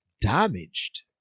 damaged